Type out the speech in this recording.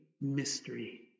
mystery